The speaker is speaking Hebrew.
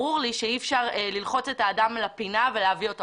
ברור לי שאי-אפשר לדחוק את האזרח לפינה ולהביא את הכסף,